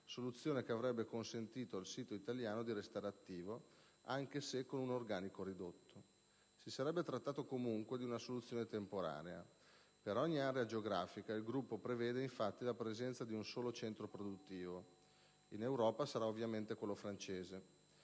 soluzione che avrebbe consentito al sito italiano di restare attivo, anche se con un organico ridotto. Si sarebbe trattato comunque di una soluzione temporanea: per ogni area geografica, il gruppo prevede infatti la presenza di un solo centro produttivo; in Europa, sarà ovviamente quello francese.